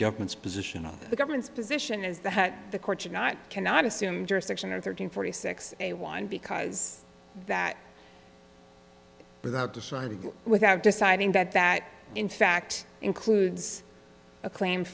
government's position on the government's position is that the court should not cannot assume jurisdiction or thirteen forty six a one because that without decided without deciding that that in fact includes a claim